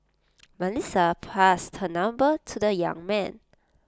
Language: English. Melissa passed her number to the young man